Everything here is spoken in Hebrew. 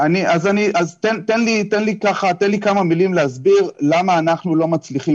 תן לי כמה מילים להסביר למה אנחנו לא מצליחים